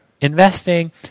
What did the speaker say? investing